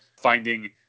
finding